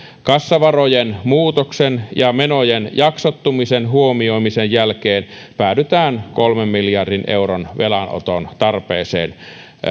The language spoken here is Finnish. kassavarojen muutoksen ja menojen jaksottumisen huomioimisen jälkeen päädytään kolmen miljardin euron velanoton tarpeeseen